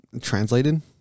translated